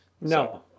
no